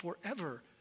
forever